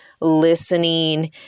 listening